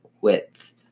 width